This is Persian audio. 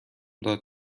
داد